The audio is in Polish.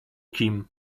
kim